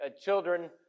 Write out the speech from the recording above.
children